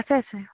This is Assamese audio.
আছে আছে